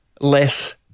less